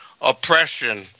oppression